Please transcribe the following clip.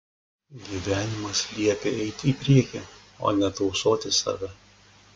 gyvenimas liepia eiti į priekį o ne tausoti save